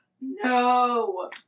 No